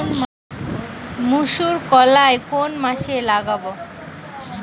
মুসুর কলাই কোন মাসে লাগাব?